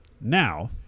Now